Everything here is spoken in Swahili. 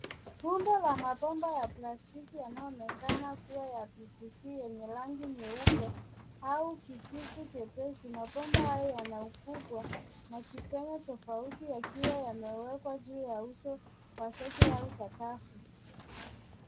Rundo la mabomba ya plastiki yanayoonekana kuwa ya PVC,yenye rangi nyeupe au kijivu jepesi. Mabomba haya yana ukubwa na kipenyo tofauti yakiwa yanawekwa juu ya uso wazege au sakafu.